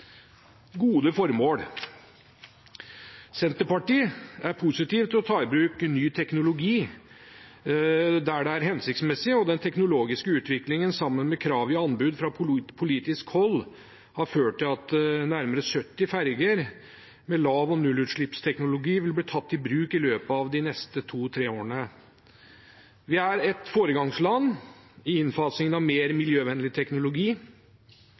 gode formål. Senterpartiet er positive til å ta i bruk ny teknologi der det er hensiktsmessig, og den teknologiske utviklingen, sammen med krav i anbud fra politisk hold, har ført til at nærmere 70 ferjer med lav- og nullutslippsteknologi vil bli tatt i bruk i løpet av de neste to–tre årene. Vi er et foregangsland i innfasing av mer miljøvennlig teknologi